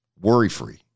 worry-free